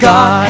God